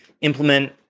implement